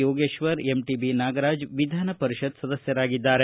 ಯೋಗೇತ್ವರ್ MTB Nagaraj Vidhan Parishad ಸದಸ್ಲರಾಗಿದ್ದಾರೆ